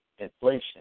inflation